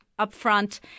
upfront